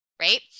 right